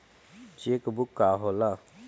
Check book का होला?